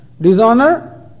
Dishonor